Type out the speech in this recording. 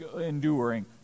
enduring